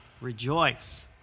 Rejoice